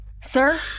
Sir